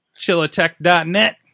chillatech.net